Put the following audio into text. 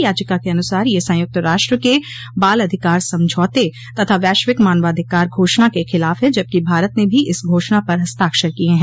याचिका के अनुसार यह संयुक्त राष्ट्र के बाल अधिकार समझौते तथा वैश्विक मानवाधिकार घोषणा के खिलाफ है जबकि भारत ने भी इस घोषणा पर हस्ताक्षर किये हैं